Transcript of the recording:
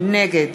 נגד